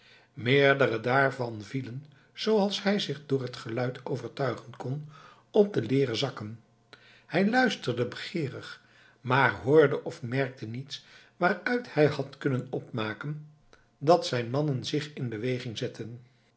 meerdere daarvan vielen zooals hij zich door het geluid overtuigen kon op de leeren zakken hij luisterde begeerig maar hoorde of merkte niets waaruit hij had kunnen opmaken dat zijn mannen zich in beweging zetten